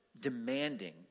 demanding